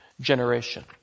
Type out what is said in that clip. generation